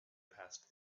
past